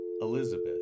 Elizabeth